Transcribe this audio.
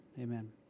Amen